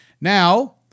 Now